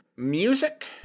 Music